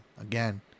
again